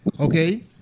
Okay